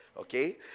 okay